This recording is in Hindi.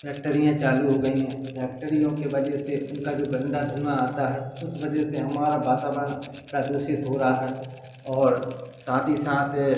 फैक्टरियाँ चालू हो गई हैं फैक्टरियों के वजह से उनका जो गंदा धुआँ आता है उस वजे से हमारा वातावरण प्रदूषित हो रहा है और साथ ही साथ